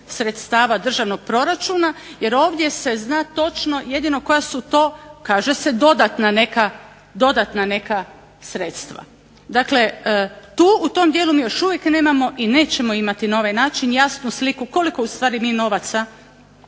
sredstava državnog proračuna. Jer ovdje se zna točno jedino koja su to kaže se dodatna neka sredstva. Dakle, tu u tom dijelu mi još uvijek nemamo i nećemo imati na ovaj način jasnu sliku koliko u stvari mi novaca